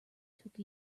took